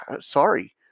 Sorry